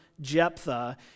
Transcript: Jephthah